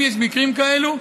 אם יש מקרים כאלו,